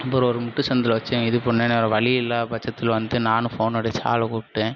அப்புறம் ஒரு முட்டு சந்தில் வச்சு இது பண்ணோடனே வேறே வழி இல்லாத பட்சத்தில் வந்து நானும் ஃபோன் அடித்து ஆளை கூப்பிட்டேன்